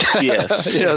Yes